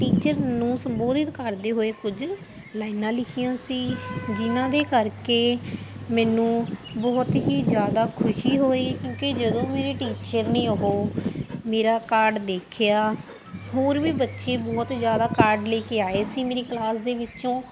teacher ਨੂੰ ਸੰਬੋਧਿਤ ਕਰਦੇ ਹੋਏ ਕੁਝ ਲਾਈਨਾਂ ਲਿਖੀਆਂ ਸੀ ਜਿਹਨਾਂ ਦੇ ਕਰਕੇ ਮੈਨੂੰ ਬਹੁਤ ਹੀ ਜ਼ਿਆਦਾ ਖੁਸ਼ੀ ਹੋਈ ਕਿਉਂਕਿ ਜਦੋਂ ਮੇਰੇ ਟੀਚਰ ਨੇ ਉਹ ਮੇਰਾ ਕਾਰਡ ਦੇਖਿਆ ਹੋਰ ਵੀ ਬੱਚੇ ਬਹੁਤ ਜ਼ਿਆਦਾ ਕਾਰਡ ਲੈ ਕੇ ਆਏ ਸੀ ਮੇਰੀ ਕਲਾਸ ਦੇ ਵਿੱਚੋਂ